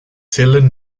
zählen